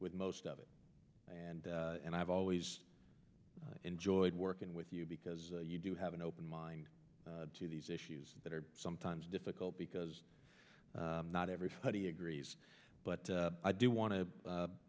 with most of it and and i've always enjoyed working with you because you do have an open mind to these issues that are sometimes difficult because not everybody agrees but i do want to